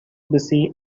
busy